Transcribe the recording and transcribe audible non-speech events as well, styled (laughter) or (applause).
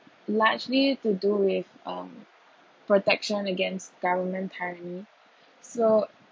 largely to do with um protection against government pardon me (breath) so